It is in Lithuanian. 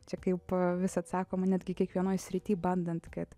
čia kaip vis atsakoma netgi kiekvienoj srity bandant kad